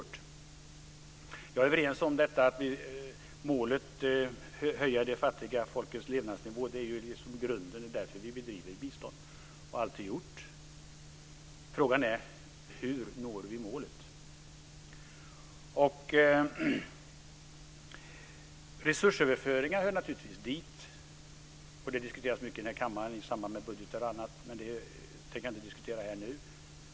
Jag är överens om att målet att höja de fattiga folkens levnadsnivå är grunden. Det är därför vi bedriver bistånd - och alltid har bedrivit bistånd. Frågan är hur vi når målet. Resursöverföringar hör naturligtvis dit. Frågan diskuteras mycket i kammaren i samband med budgetdebatter osv. Den ska vi inte diskutera nu.